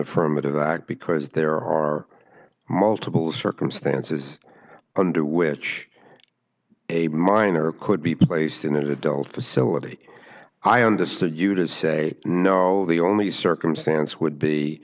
affirmative act because there are multiple circumstances under which a minor could be placed in an adult facility i understood you to say no the only circumstance would be